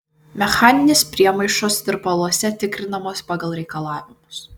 mechaninės priemaišos tirpaluose tikrinamos pagal reikalavimus